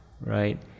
right